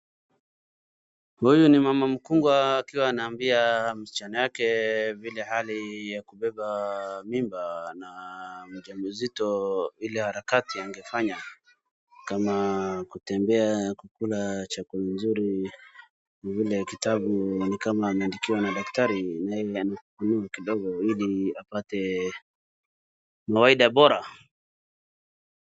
Huyu ni mama mkungu akiwa anaambia msichana wake vile hali ya kubeba mimba na mjamzito ile harakati angefanya, kama kutembea, kukula chakula nzuri na ile kitabu ni kama ameandikiwa na daktari na hii inagharimu kidogo ili apate mawaidha bora.